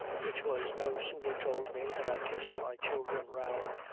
which was no sooner told me than i kissed my children round,